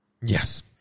Yes